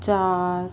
ਚਾਰ